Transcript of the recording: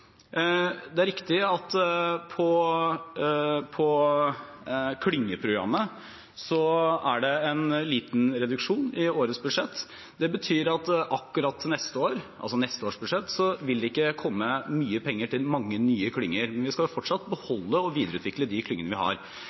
Det er riktig at for klyngeprogrammet er det en liten reduksjon i årets budsjett. Det betyr at det akkurat i neste års budsjett ikke vil komme mye penger til mange nye klynger, men vi skal fortsatt beholde og videreutvikle de klyngene vi har.